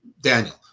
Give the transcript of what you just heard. Daniel